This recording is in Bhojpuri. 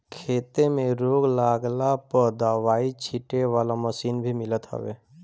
खेते में रोग लागला पअ दवाई छीटे वाला मशीन भी मिलत हवे